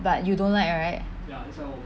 but you don't like right